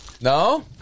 No